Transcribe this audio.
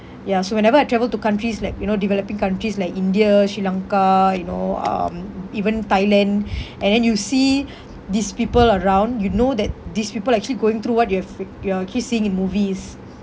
ya so whenever I travel to countries like you know developing countries like india sri lanka you know um even thailand and then you see these people around you know that these people are actually going through what you have you are keep seeing in movies